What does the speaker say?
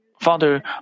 Father